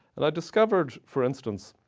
and i discovered, for instance,